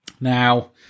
Now